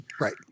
Right